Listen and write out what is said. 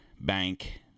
Bank